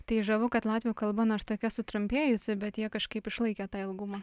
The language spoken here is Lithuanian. tai žavu kad latvių kalba nors tokia sutrumpėjusi bet jie kažkaip išlaikė tą ilgumą